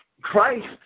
Christ